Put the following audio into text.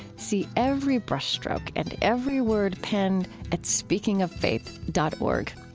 see every brush stroke and every word penned at speakingoffaith dot org.